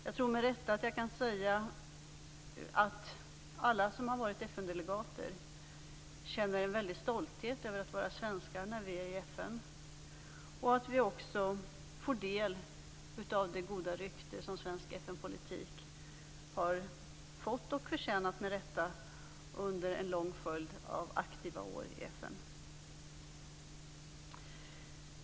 Jag tror nog att jag kan säga att alla som har varit FN delegater med rätta känner en väldig stolthet över att vara svenskar när vi är i FN, och vi får också del av det goda rykte som svensk FN-politik med rätta har fått under en lång följd av aktiva år i FN.